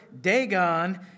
Dagon